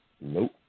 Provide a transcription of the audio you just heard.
Nope